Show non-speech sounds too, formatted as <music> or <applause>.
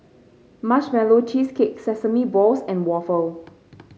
Marshmallow Cheesecake Sesame Balls and waffle <noise>